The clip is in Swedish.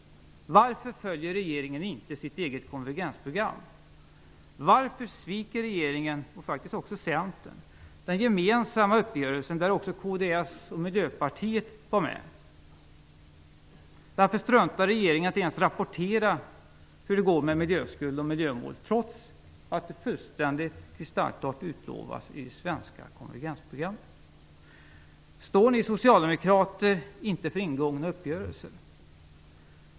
Varför följer regeringen inte sitt eget konvergensprogram? Varför sviker regeringen och faktiskt också Centern den gemensamma uppgörelsen, där också kds och Miljöpartiet är med? Varför struntar regeringen i att ens rapportera hur det går med miljöskuld och miljömål trots att det fullständigt kristallklart utlovas i det svenska konvergensprogrammet? Står ni socialdemokrater inte för ingångna uppgörelser?